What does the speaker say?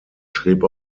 schrieb